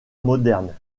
moderne